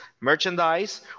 merchandise